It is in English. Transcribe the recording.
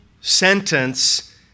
sentence